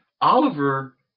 Oliver